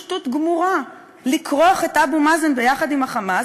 שטות גמורה לכרוך את אבו מאזן ביחד עם ה"חמאס"